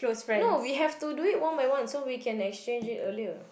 no we have to do it one by one so we can exchange it earlier